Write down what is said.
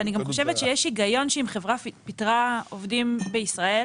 ואני גם חושבת שאם יש הגיון שאם חברה פיטרה עובדים בישראל,